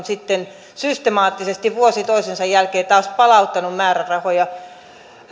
sitten systemaattisesti vuosi toisensa jälkeen taas palauttanut määrärahoja